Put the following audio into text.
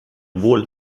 wohl